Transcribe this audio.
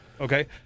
Okay